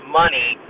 money